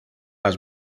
las